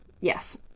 yes